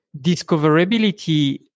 discoverability